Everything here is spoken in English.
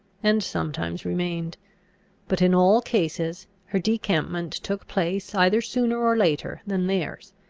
and sometimes remained but in all cases her decampment took place either sooner or later than theirs,